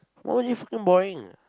my O_G fucking boring